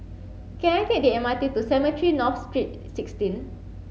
can I take the M R T to Cemetry North Street sixteen